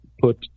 put